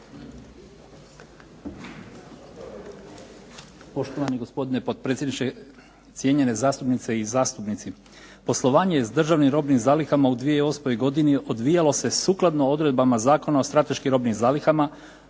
Poštovani gospodine potpredsjedniče, cijenjeni zastupnice i zastupnici. Poslovanje s državnim robnim zalihama u 2008. godini odvijalo se sukladno odredbama Zakona o strateški robnim zalihama